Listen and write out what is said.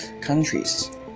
countries